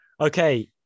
Okay